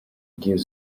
give